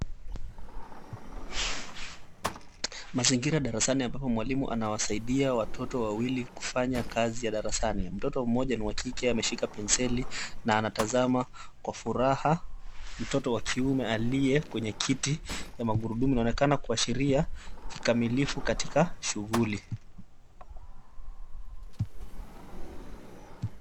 Mazingira darasani ambapo mwalimu anawasaidia watoto wawili kufanya kazi ya darasani. Mtoto mmoja ni wa kike ameshika pensel na anatazama kwa furaha. Mtoto wa kiume aliye kwenye kiti cha magurudumu anaonekana kuashiria kikamilifu katika shughuli.